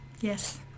Yes